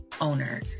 owner